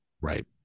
right